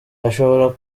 hashobora